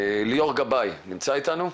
ליאור גבאי, נמצא איתנו?